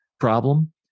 problem